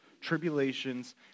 tribulations